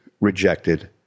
rejected